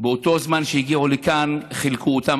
באותו הזמן שהם הגיעו לכאן חילקו אותם,